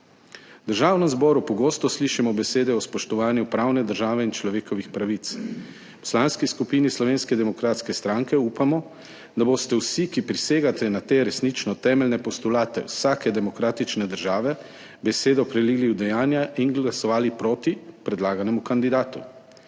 V Državnem zboru pogosto slišimo besede o spoštovanju pravne države in človekovih pravic. V Poslanski skupini Slovenske demokratske stranke upamo, da boste vsi, ki prisegate na te resnično temeljne postulate vsake demokratične države, besedo prelili v dejanja in glasovali proti predlaganemu kandidatu.